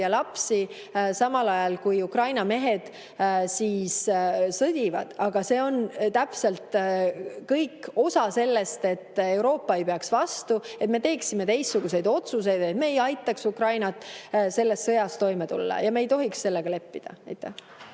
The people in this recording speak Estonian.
ja lapsi, samal ajal kui Ukraina mehed sõdivad. Aga see on täpselt kõik osa sellest, et Euroopa ei peaks vastu, et me teeksime teistsuguseid otsuseid, et me ei aitaks Ukrainat selles sõjas toime tulla. Me ei tohiks sellega leppida.